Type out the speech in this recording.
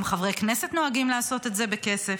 גם חברי כנסת נוהגים לעשות את זה בכסף.